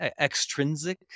extrinsic